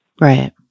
right